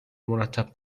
مرتب